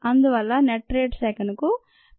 అందువల్ల net rate సెకనుకు 15